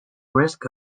risk